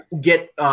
get